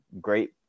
great